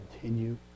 continue